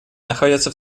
находятся